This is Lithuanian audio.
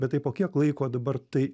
bet tai po kiek laiko dabar tai